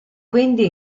quindi